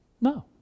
No